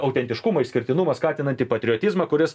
autentiškumą išskirtinumą skatinantį patriotizmą kuris